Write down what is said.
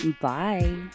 bye